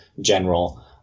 general